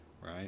right